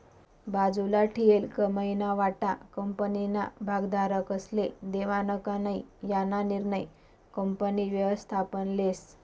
बाजूले ठीयेल कमाईना वाटा कंपनीना भागधारकस्ले देवानं का नै याना निर्णय कंपनी व्ययस्थापन लेस